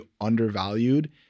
undervalued